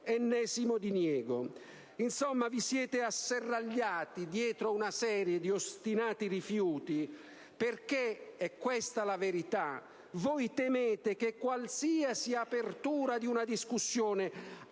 l'ennesimo diniego. Insomma, vi siete asserragliati dietro a una serie di ostinati rifiuti, perché la verità è che temete che qualsiasi apertura di una discussione,